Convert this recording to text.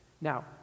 Now